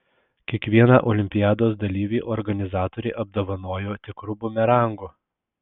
kiekvieną olimpiados dalyvį organizatoriai apdovanojo tikru bumerangu